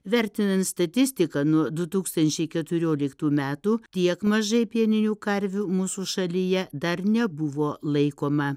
vertinant statistiką nuo du tūkstančiai keturioliktų metų tiek mažai pieninių karvių mūsų šalyje dar nebuvo laikoma